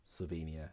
Slovenia